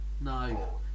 No